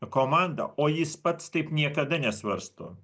komanda o jis pats taip niekada nesvarsto